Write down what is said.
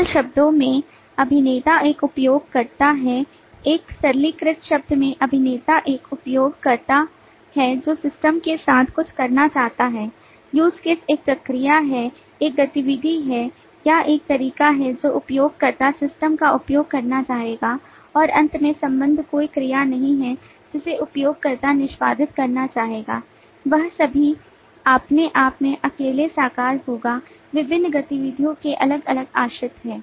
सरल शब्दों में अभिनेता एक उपयोगकर्ता है एक सरलीकृत शब्द में अभिनेता एक उपयोगकर्ता है जो सिस्टम के साथ कुछ करना चाहता है use case एक क्रिया है एक गतिविधि है या एक तरीका है जो उपयोगकर्ता सिस्टम का उपयोग करना चाहेगा और अंत में संबंध कोई क्रिया नहीं है जिसे उपयोगकर्ता निष्पादित करना चाहेगा वह सभी अपने आप में अकेले साकार होगा विभिन्न गतिविधियों के अलग अलग आश्रित हैं